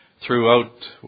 throughout